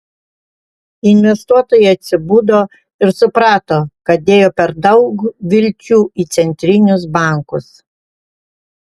investuotojai atsibudo ir suprato kad dėjo per daug vilčių į centrinius bankus